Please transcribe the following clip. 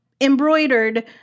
embroidered